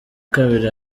kabiri